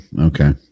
okay